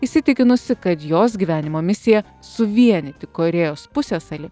įsitikinusi kad jos gyvenimo misija suvienyti korėjos pusiasalį